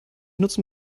nutzen